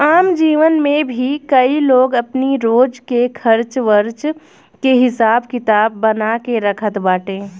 आम जीवन में भी कई लोग अपनी रोज के खर्च वर्च के हिसाब किताब बना के रखत बाटे